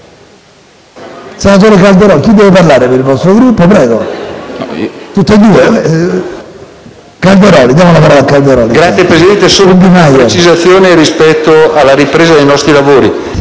Signor Presidente, chiedo una precisazione rispetto alla ripresa dei nostri lavori.